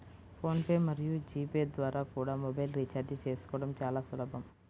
phone pay మరియు GPay ద్వారా కూడా మొబైల్ రీఛార్జి చేసుకోవడం చాలా సులభం